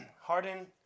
Harden